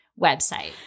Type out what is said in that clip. website